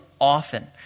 often